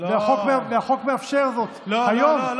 והחוק מאפשר זאת היום,